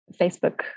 Facebook